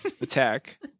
attack